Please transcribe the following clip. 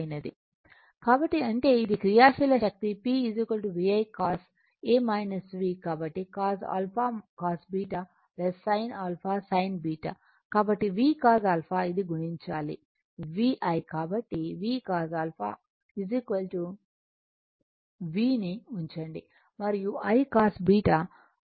కాబట్టి అంటే ఇది క్రియాశీల శక్తి P VI cos a V కాబట్టి cos α cos β sin α sin β కాబట్టి Vcos α ఇది గుణించాలి VI కాబట్టి VCos α V ను ఉంచండి మరియు I cos β